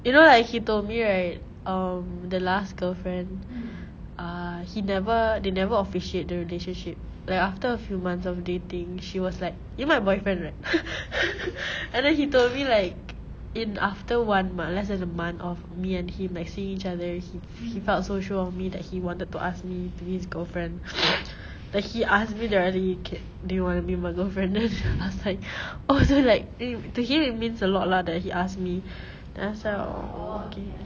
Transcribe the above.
you know like he told me right um the last girlfriend ah he never they never officiate the relationship like after a few months of dating she was like you're my boyfriend right and then he told me like in after one month less than a month of me and him like seeing each other he he felt so sure of me that he wanted to ask me to be his girlfriend that he ask me directly you ca~ do you want to be my girlfriend I was like oh so like i~ to him it means a lot lah that he ask me then I was like orh okay